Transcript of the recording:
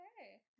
Okay